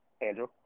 Andrew